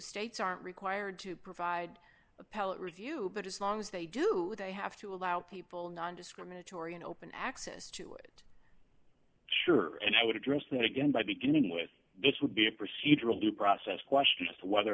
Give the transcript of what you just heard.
states aren't required to provide appellate review but as long as they do they have to allow people nondiscriminatory and open access to it sure and i would address that again by beginning with this would be a procedural due process question as to whether or